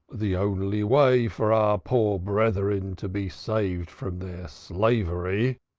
the only way for our poor brethren to be saved from their slavery,